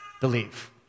believe